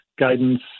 guidance